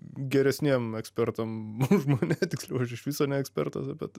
geresniem ekspertam už mane tiksliau aš iš viso ne ekspertas bet